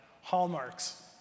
hallmarks